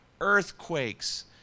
earthquakes